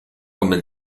come